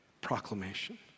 proclamation